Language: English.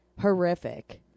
Horrific